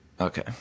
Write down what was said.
Okay